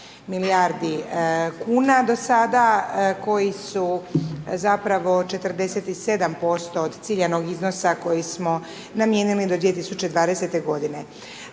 milijardi kn do sada, koji su zapravo 47% od ciljanog iznosa koji smo namijenili do 2020. g.